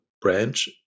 branch